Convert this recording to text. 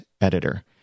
editor